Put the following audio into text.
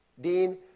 Dean